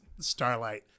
starlight